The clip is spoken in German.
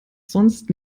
sonst